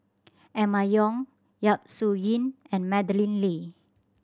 Emma Yong Yap Su Yin and Madeleine Lee